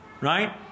right